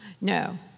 No